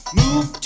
move